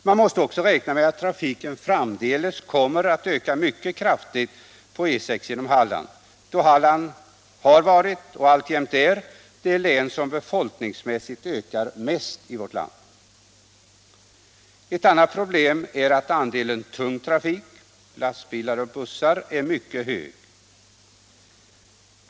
Man måste också räkna med att trafiken framdeles kommer att öka mycket kraftigt på E 6 genom Halland, då Halland har varit och alltjämt är det län som befolkningsmässigt ökar mest i vårt land. Ett annat problem är att andelen tung trafik — lastbilar och bussar — är mycket hög.